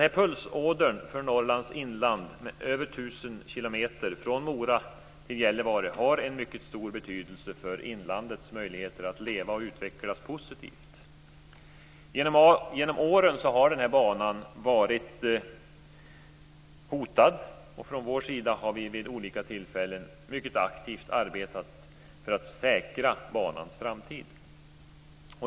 Denna pulsåder för Norrlands inland på över tusen kilometer, från Mora till Gällivare, har en mycket stor betydelse för inlandets möjligheter att leva och utvecklas positivt. Genom åren har den här banan varit hotad, och vi har vid olika tillfällen arbetat mycket aktivt för att säkra banans framtid.